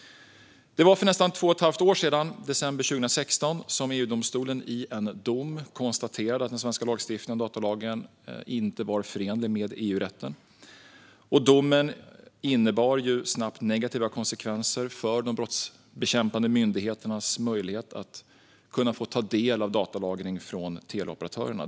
Det var för nästan två och ett halvt år sedan, i december 2016, som EU-domstolen i en dom konstaterade att den svenska lagstiftningen om datalagring inte var förenlig med EU-rätten. Domen innebar snabbt negativa konsekvenser för de brottsbekämpande myndigheternas möjlighet att få del av datalagring från teleoperatörerna.